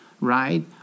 right